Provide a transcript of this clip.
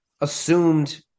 assumed